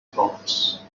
frauds